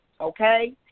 okay